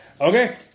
Okay